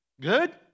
Good